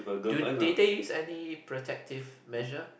do did they use any protective measure